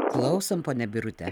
klausom ponia birute